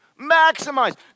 Maximize